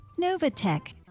Novatech